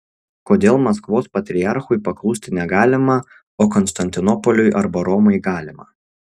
kodėl maskvos patriarchui paklusti negalima o konstantinopoliui arba romai galima